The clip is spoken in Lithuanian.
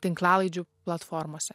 tinklalaidžių platformose